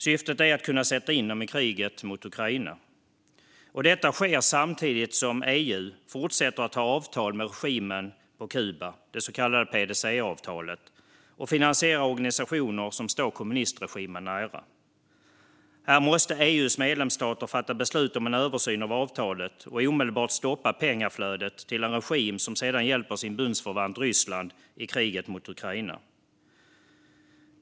Syftet är att kunna sätta in dem i kriget mot Ukraina. Detta sker samtidigt som EU fortsätter att ha ett avtal med regimen på Kuba, det så kallade PDCA-avtalet, och finansierar organisationer som står kommunistregimen nära. EU:s medlemsstater måste fatta beslut om en översyn av avtalet och omedelbart stoppa pengaflödet till en regim som sedan hjälper sin bundsförvant Ryssland i kriget mot Ukraina.